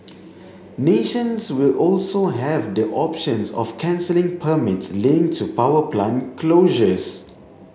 nations will also have the options of cancelling permits linked to power plant closures